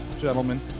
gentlemen